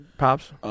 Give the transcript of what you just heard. Pops